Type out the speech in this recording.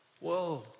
whoa